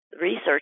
research